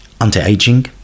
anti-aging